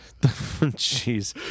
Jeez